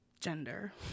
gender